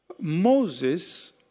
Moses